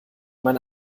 meine